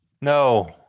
No